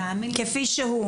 כפי שהוא?